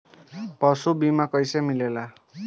पशु बीमा कैसे मिलेला?